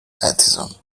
atheism